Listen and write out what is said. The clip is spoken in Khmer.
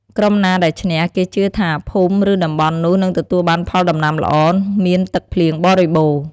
ក្រុមណាដែលឈ្នះ គេជឿថាភូមិ ឬតំបន់នោះនឹងទទួលបានផលដំណាំល្អ មានទឹកភ្លៀងបរិបូរណ៍។